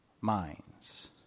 minds